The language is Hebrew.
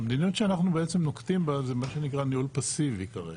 המדיניות שאנחנו בעצם נוקטים בה זה מה שנקרא ניהול פסיבי כרגע.